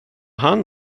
han